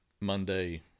Monday